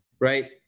right